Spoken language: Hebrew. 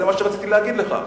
זה מה שרציתי להגיד לך.